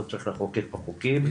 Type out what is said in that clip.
לא צריך לחוקק פה חוקים,